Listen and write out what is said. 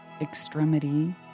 extremity